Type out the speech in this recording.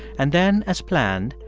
and then, as planned,